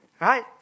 Right